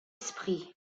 esprits